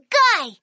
guy